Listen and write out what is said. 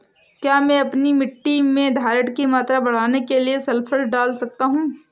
क्या मैं अपनी मिट्टी में धारण की मात्रा बढ़ाने के लिए सल्फर डाल सकता हूँ?